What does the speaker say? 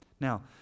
Now